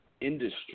industry